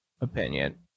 opinion